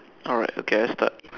alright okay I start